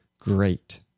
great